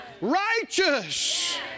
Righteous